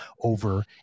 over